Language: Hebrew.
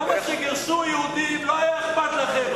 למה כשגירשו יהודים לא היה אכפת לכם?